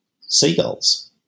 seagulls